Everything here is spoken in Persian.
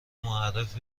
معرف